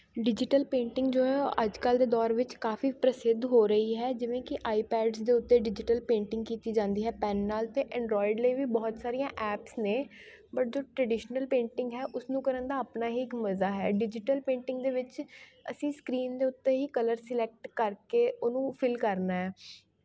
digital painting ਜੋ ਹੈ ਅੱਜ ਕੱਲ੍ਹ ਦੇ ਦੌਰ ਵਿੱਚ ਕਾਫੀ ਪ੍ਰਸਿੱਧ ਹੋ ਰਹੀ ਹੈ ਜਿਵੇਂ ਕਿ ਆਈਪੈਡਸ ਦੇ ਉੱਤੇ ਡਿਜ਼ੀਟਲ ਪੇਂਟਿੰਗ ਕੀਤੀ ਜਾਂਦੀ ਹੈ ਪੈੱਨ ਨਾਲ ਅਤੇ ਐਂਡਰੋਇਡ ਲਈ ਵੀ ਬਹੁਤ ਸਾਰੀਆਂ ਐਪਸ ਨੇ ਬਟ ਜੋ ਟਰਡੀਸ਼ਨਲ ਪੇਂਟਿੰਗ ਹੈ ਉਸਨੂੰ ਕਰਨ ਦਾ ਆਪਣਾ ਹੀ ਇੱਕ ਮਜ਼ਾ ਹੈ ਡਿਜ਼ੀਟਲ ਪੇਂਟਿੰਗ ਦੇ ਵਿੱਚ ਅਸੀਂ ਸਕਰੀਨ ਦੇ ਉੱਤੇ ਹੀ ਕਲਰ ਸਿਲੈਕਟ ਕਰਕੇ ਉਹਨੂੰ ਫਿਲ ਕਰਨਾ